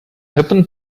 happen